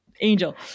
angel